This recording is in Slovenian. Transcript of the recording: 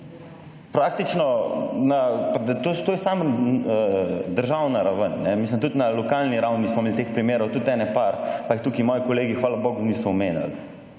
praktično, pa to je samo državna raven, mislim tudi na lokalni ravni smo imeli teh primerov tudi ene par, pa jih tukaj moji kolegi hvala bogu niso omenili.